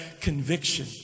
conviction